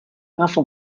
agafa